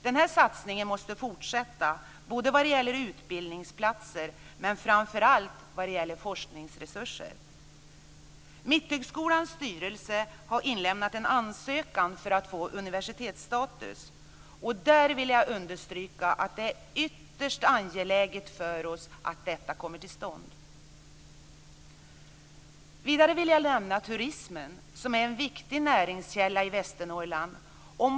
Denna satsning måste fortsätta både vad gäller utbildningsplatser och framför allt vad gäller forskningsresurser. Mitthögskolans styrelse har inlämnat en ansökan för att få universitetsstatus. Jag vill understryka att det är ytterst angeläget för oss att detta kommer till stånd. Jag vill vidare nämna turismen, som är en viktig näringskälla i Västernorrland.